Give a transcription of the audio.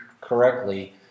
correctly